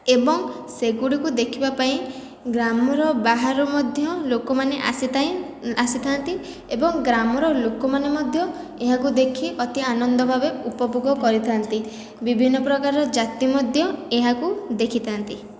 ଏବଂ ସେଗୁଡ଼ିକୁ ଦେଖିବା ପାଇଁ ଗ୍ରାମର ବାହାରୁ ମଧ୍ୟ ଲୋକମାନେ ଆସି ଥାଇ ଆସିଥାନ୍ତି ଏବଂ ଗ୍ରାମର ଲୋକମାନେ ମଧ୍ୟ ଏହାକୁ ଦେଖି ଅତି ଆନନ୍ଦ ଭାବେ ଉପଭୋଗ କରିଥାନ୍ତି ବିଭିନ୍ନ ପ୍ରକାର ଜାତି ମଧ୍ୟ ଏହାକୁ ଦେଖିଥାନ୍ତି